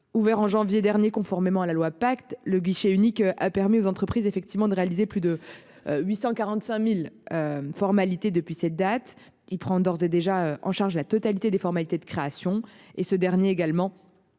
Ouvert en janvier dernier. Conformément à la loi pacte le guichet unique a permis aux entreprises effectivement de réaliser plus de. 845.000. Formalités depuis cette date, il prend d'ores et déjà en charge la totalité des formalités de création et ce dernier également.